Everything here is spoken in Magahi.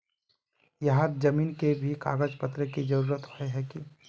यहात जमीन के भी कागज पत्र की जरूरत होय है की?